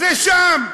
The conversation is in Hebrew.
זה שם.